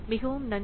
மிகவும் நன்றி